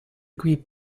grebe